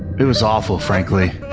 it was awful frankly.